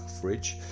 fridge